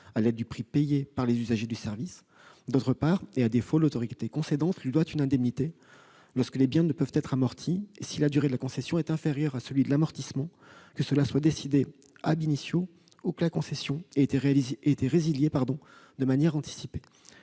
à l'aide du prix payé par les usagers du service ; d'autre part, et à défaut, l'autorité concédante lui doit une indemnité lorsque les biens ne peuvent être amortis, si la durée de la concession est inférieure à celle de l'amortissement, que cela soit décidé ou que la concession ait été résiliée de manière anticipée,